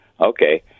okay